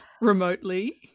remotely